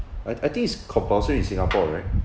I I think is compulsory in singapore right